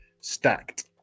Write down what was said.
Stacked